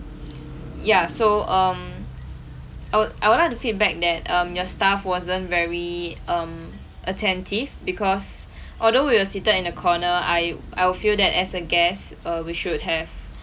ya so um I would I would like to feedback that um your staff wasn't very um attentive because although we were seated in a corner I I'll feel that as a guest err we should have